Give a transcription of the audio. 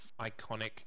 iconic